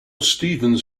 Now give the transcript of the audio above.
stevens